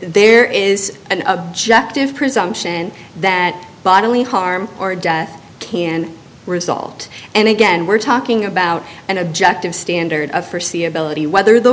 there is an objective presumption that bodily harm or death can result and again we're talking about an objective standard i forsee ability whether the